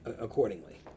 accordingly